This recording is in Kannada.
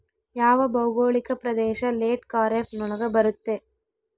ಯಾವ ಭೌಗೋಳಿಕ ಪ್ರದೇಶ ಲೇಟ್ ಖಾರೇಫ್ ನೊಳಗ ಬರುತ್ತೆ?